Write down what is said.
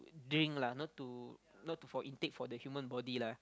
drink lah not to not to for intake for the human body lah